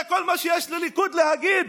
זה כל מה שיש לליכוד להגיד,